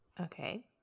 okay